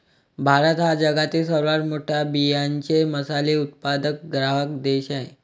भारत हा जगातील सर्वात मोठा बियांचे मसाले उत्पादक ग्राहक देश आहे